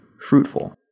fruitful